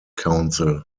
council